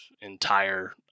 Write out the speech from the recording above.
entire